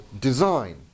design